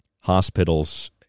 hospitals